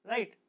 Right